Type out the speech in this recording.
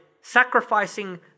sacrificing